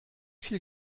viel